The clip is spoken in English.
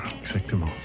Exactement